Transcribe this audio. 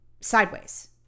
sideways